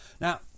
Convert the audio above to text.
Now